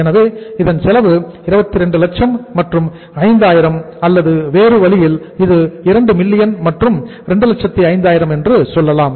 எனவே இதன் செலவு 22 லட்சம் மற்றும் 5000 அல்லது வேறு வழியில் இது 2 மில்லியன் மற்றும் 205000 என்று சொல்லலாம்